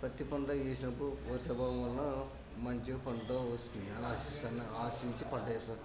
పత్తి పంట వేసినప్పుడు వర్ష ప్రభావం వలన మంచిగా పంట వస్తుంది అలా ఆశిం అలా ఆశించి పంట వేశారు